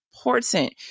important